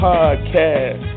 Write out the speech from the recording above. Podcast